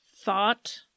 thought